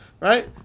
right